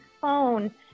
phone